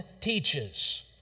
teaches